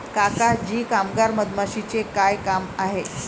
काका जी कामगार मधमाशीचे काय काम आहे